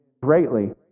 greatly